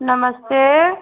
नमस्ते